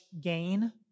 gain